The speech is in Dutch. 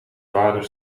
zware